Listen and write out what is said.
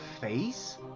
face